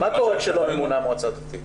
מה קורה כשלא ממונה מועצה דתית?